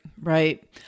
right